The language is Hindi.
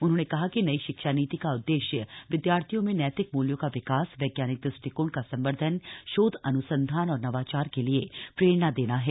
उन्होंने कहा कि नई शिक्षा नीति का उद्देश्य विद्यार्थियों में नैतिक मूल्यों का विकास वैज्ञानिक दृष्टिकोण का संवर्द्धन शोध अन्संधान और नवाचार के लिए प्रेरणा देना है